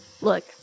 Look